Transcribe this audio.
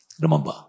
Remember